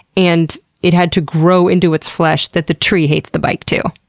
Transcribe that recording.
and it had to grow into its flesh, that the tree hates the bike too.